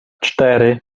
cztery